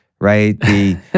right